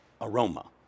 aroma